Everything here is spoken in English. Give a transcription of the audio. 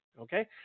Okay